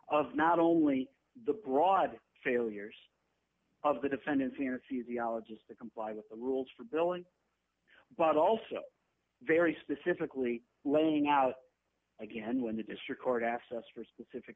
of not only the broad failures of the defendant fancy the ologies to comply with the rules for billing but also very specifically laying out again when the district court asked us for specific